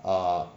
err